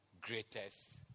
greatest